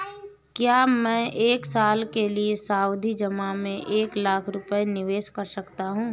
क्या मैं एक साल के लिए सावधि जमा में एक लाख रुपये निवेश कर सकता हूँ?